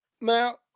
Now